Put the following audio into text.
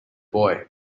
boy